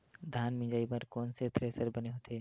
धान मिंजई बर कोन से थ्रेसर बने होथे?